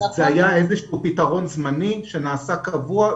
זה היה איזשהו פתרון זמני שנעשה קבוע,